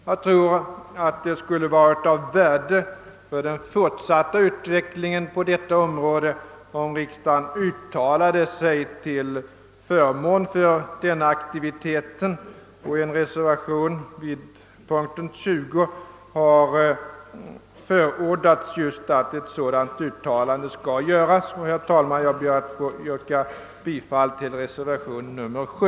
Jag tror att det skulle vara av värde för den fortsatta utvecklingen på detta område om riksdagen uttalade sig till förmån för denna aktivitet. I en reservation vid punkten 20 förordas just att ett sådant uttalande skall göras. Herr talman! Jag ber att få yrka bifall till reservation nr 7.